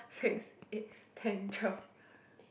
six eight ten twelve